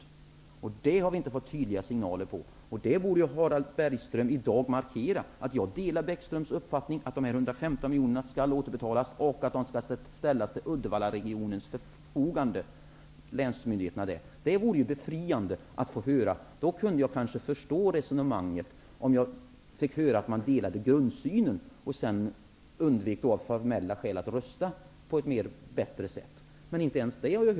I det avseendet har vi inte fått några tydliga signaler. Harald Bergström borde i dag markera sin inställning och säga att han delar min uppfattning -- dvs. att de 115 miljonerna skall återbetalas och att de skall ställas till länsmyndigheternas förfogande när det gäller Uddevallaregionen. Det vore befriande att få höra något sådant sägas. Om jag fick höra att grundsynen är densamma och att man av formella skäl undvek att rösta på ett bättre sätt kan jag förstå resonemanget. Men inte ens det har sagts.